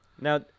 Now